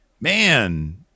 man